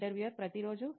interviewer ప్రతి రోజు